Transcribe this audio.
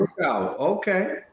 Okay